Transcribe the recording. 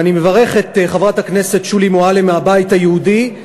ואני מברך את חברת הכנסת שולי מועלם מהבית היהודי,